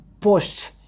posts